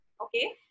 Okay